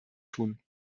tun